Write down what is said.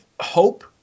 hope